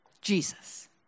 Jesus